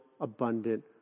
abundant